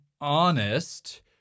honest